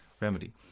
remedy